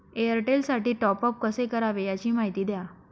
एअरटेलसाठी टॉपअप कसे करावे? याची माहिती द्या